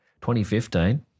2015